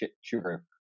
sugar